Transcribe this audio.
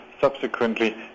subsequently